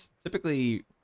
typically